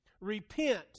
Repent